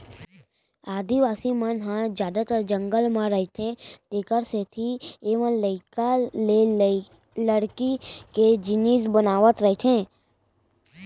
आदिवासी मन ह जादातर जंगल म रहिथे तेखरे सेती एमनलइकई ले लकड़ी के जिनिस बनावत रइथें